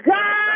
God